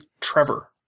Trevor